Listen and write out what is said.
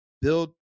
Build